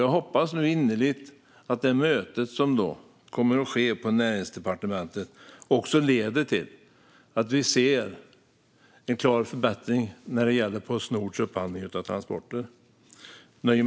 Jag hoppas innerligt att det möte som ska ske på Näringsdepartementet också leder till en klar förbättring av Postnords upphandling av transporter.